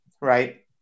right